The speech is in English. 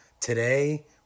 Today